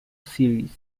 series